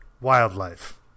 Wildlife